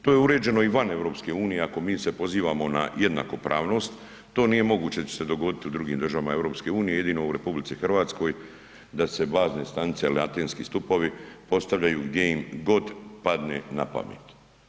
To je uređeno i van EU, ako mi se pozivamo na jednakopravnost to nije moguće da će se dogodit u drugim državama EU, jedino u RH da se bazne stanice il antenski stupovi postavljaju gdje im god padne napamet.